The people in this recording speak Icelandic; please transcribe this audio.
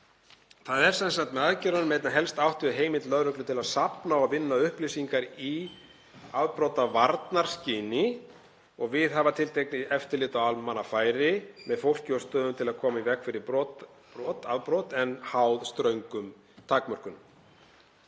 og ríkisins. Með aðgerðunum er einna helst átt við heimild lögreglu til að safna og vinna upplýsingar í afbrotavarnaskyni og viðhafa tiltekið eftirlit á almannafæri með fólki og stöðum til að koma í veg fyrir afbrot en háð ströngum takmörkunum.